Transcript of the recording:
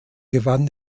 gewann